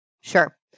Sure